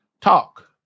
talk